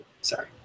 Sorry